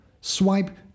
swipe